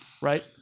right